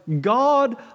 God